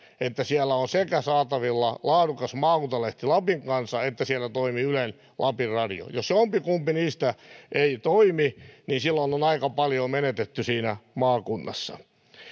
sekä on saatavilla laadukas maakuntalehti lapin kansa että toimii ylen lapin radio jos jompikumpi niistä ei toimi silloin on aika paljon menetetty siinä maakunnassa